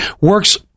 works